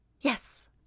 Yes